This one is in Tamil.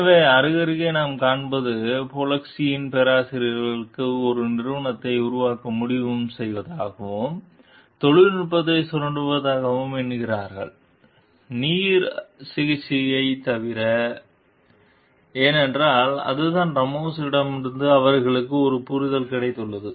எனவே அருகருகே நாம் காண்பது போலின்ஸ்கி பேராசிரியர்களும் ஒரு நிறுவனத்தை உருவாக்க முடிவு செய்வதாகவும் தொழில்நுட்பத்தை சுரண்டுவதாகவும் எண்ணுகிறார்கள் நீர் சிகிச்சையைத் தவிர ஏனென்றால் அதுதான் ராமோஸுடன் அவர்களுக்கு ஒரு புரிதல் கிடைத்துள்ளது